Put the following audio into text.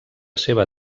seva